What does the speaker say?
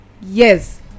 yes